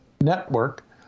network